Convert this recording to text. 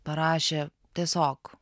parašė tiesiog